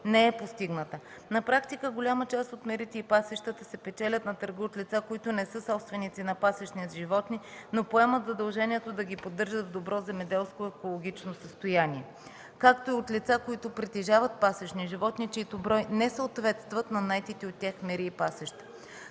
не е постигната. На практика голяма част от мерите и пасищата се печелят на търга от лица, които не са собственици на пасищни животни, но поемат задължението да ги поддържат в добро земеделско и екологично състояние, както и от лица, които притежават пасищни животни, чийто брой не съответства на наетите от тях мери и пасища.